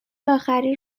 آخری